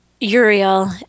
Uriel